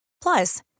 Plus